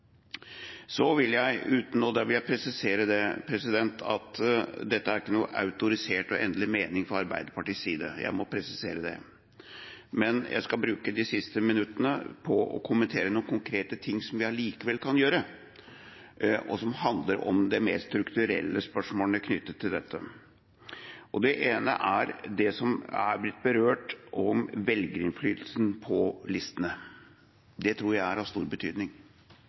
Jeg vil presisere at dette ikke er en autorisert og endelig mening fra Arbeiderpartiets side, jeg må presisere det. Men jeg skal bruke de siste minuttene på å kommentere noen konkrete ting som vi allikevel kan gjøre, og som handler om de mer strukturelle spørsmålene knyttet til dette. Det ene er det som har blitt berørt: velgerinnflytelsen på listene. Det tror jeg er av stor betydning.